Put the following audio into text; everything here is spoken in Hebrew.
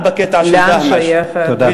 לאן שייכת דהמש.